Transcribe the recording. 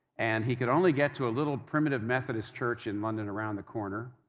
and he could only get to a little primitive methodist church in london, around the corner.